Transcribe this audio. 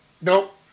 nope